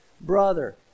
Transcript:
brother